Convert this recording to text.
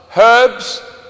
herbs